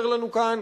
אומר לנו כאן,